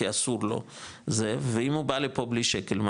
כי אסור לו זה ואם הוא בא לפה בלי שקל,